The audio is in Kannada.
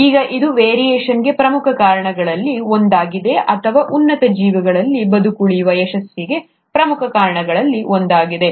ಈಗ ಇದು ವೇರಿಯೇಷನ್ಗೆ ಪ್ರಮುಖ ಕಾರಣಗಳಲ್ಲಿ ಒಂದಾಗಿದೆ ಮತ್ತು ಉನ್ನತ ಜೀವಿಗಳಲ್ಲಿ ಬದುಕುಳಿಯುವ ಯಶಸ್ಸಿಗೆ ಪ್ರಮುಖ ಕಾರಣಗಳಲ್ಲಿ ಒಂದಾಗಿದೆ